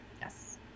yes